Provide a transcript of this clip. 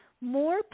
more